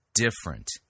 different